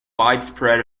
widespread